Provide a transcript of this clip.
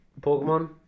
Pokemon